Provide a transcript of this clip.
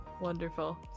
Wonderful